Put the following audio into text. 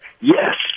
Yes